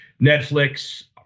Netflix